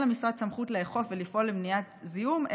אין למשרד סמכות לאכוף ולפעול למניעת זיהום,